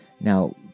Now